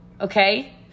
Okay